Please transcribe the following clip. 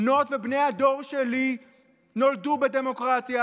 בנות ובני הדור שלי נולדו בדמוקרטיה,